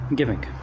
giving